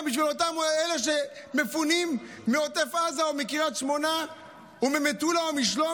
גם בשביל אותם אלה שמפונים מעוטף עזה או מקריית שמונה או ממטולה